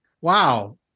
wow